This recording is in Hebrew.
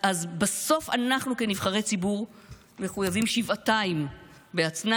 בסוף אנחנו כנבחרי ציבור מחויבים שבעתיים בהצנע